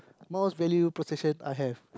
most valued possession I have